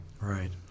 Right